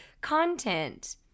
content